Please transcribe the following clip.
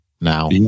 now